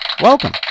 Welcome